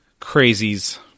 crazies